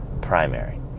primary